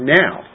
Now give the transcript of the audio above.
now